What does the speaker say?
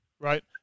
Right